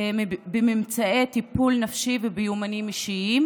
בממצאי טיפול נפשי וביומנים אישיים.